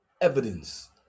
evidence